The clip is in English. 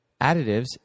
additives